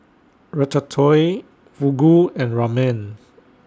Ratatouille Fugu and Ramen